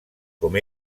com